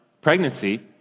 Pregnancy